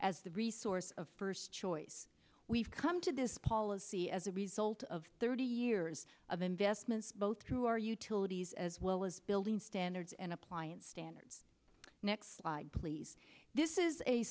as the resource of first choice we've come to this policy as a result of thirty years of investments both through our utilities as well as building standards and appliance standards next slide please this is a